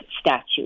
statute